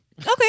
Okay